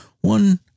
One